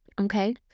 okay